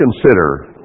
consider